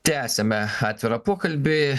tęsiame atvirą pokalbį